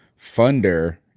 funder